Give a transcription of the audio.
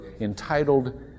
entitled